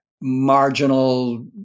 Marginal